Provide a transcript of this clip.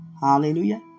Hallelujah